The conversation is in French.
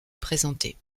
présenter